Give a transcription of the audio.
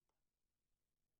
נקודה.